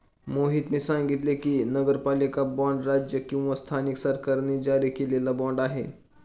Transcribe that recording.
मोहितने सांगितले की, नगरपालिका बाँड राज्य किंवा स्थानिक सरकारांनी जारी केलेला बाँड आहे